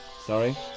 Sorry